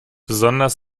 besonders